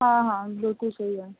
ਹਾਂ ਹਾਂ ਬਿਲਕੁਲ ਸਹੀ ਹੈਗਾ